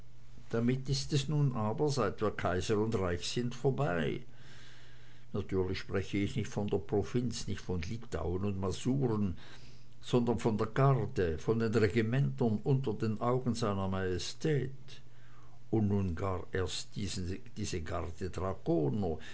damit ist es nun aber seit wir kaiser und reich sind total vorbei natürlich sprech ich nicht von der provinz nicht von litauen und masuren sondern von der garde von den regimentern unter den augen seiner majestät und nun gar erst diese